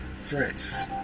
Fritz